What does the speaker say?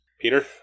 Peter